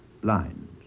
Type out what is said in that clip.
blind